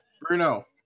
Bruno